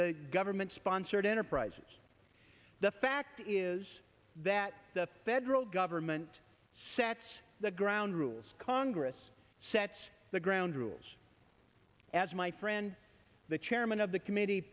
the government sponsored enterprises the fact is that the federal government sets the ground rules congress sets the ground rules as my friend the chairman of the committee